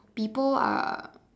people are